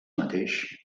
mateix